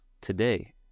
Today